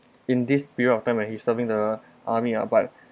in this period of time ah he's serving the army ah but